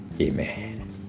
Amen